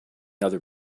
other